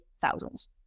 thousands